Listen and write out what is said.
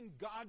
god